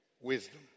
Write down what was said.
wisdom